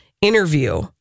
interview